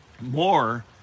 More